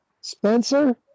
Spencer